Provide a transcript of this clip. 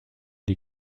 die